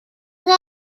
غیرت